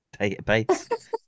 database